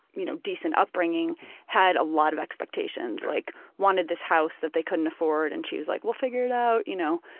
you know, decent upbringing had a lot of expectations, like wanted this house that they couldn't afford and she was like, we'll figure it out. you know,